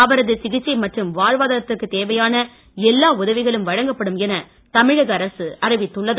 அவரது சிகிச்சை மற்றும் வாழ்வாதாரத்திற்கு தேவையான எல்லா உதவிகளும் வழங்கப்படும் என தமிழக அரசு அறிவித்துள்ளது